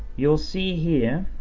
you'll see here,